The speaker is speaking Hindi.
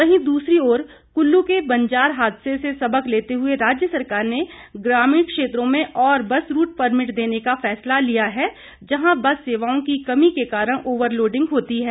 वहीं दूसरी ओर कुल्लू के बंजार हादसे से सबक लेते हुए राज्य सरकार ने ग्रमीण क्षेत्रों में और बस रूट परमिट देने का फैसला लिया है जहां बस सेवाओं की कमी के कारण ओवरलोडिंग होती है